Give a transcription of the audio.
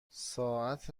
ساعت